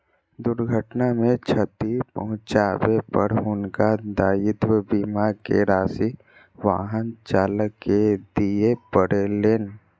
दुर्घटना मे क्षति पहुँचाबै पर हुनका दायित्व बीमा के राशि वाहन चालक के दिअ पड़लैन